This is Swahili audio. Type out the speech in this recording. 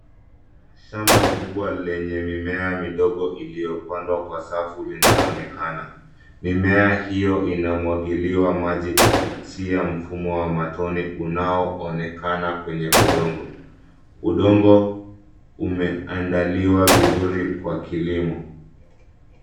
Shamba kubwa lenye mimea midogo, iliopandwa kwa safu linaonekana, mimea hio ina mwagiliwa maji kupitia mfumo wa matone unaoonekana kwenye udongo. Udongo umeandaliwa vizuri kwa kilimo.